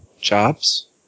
Jobs